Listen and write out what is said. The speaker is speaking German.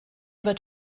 wird